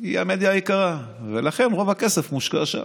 היא המדיה היקרה, ולכן רוב הכסף מושקע שם.